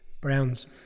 Browns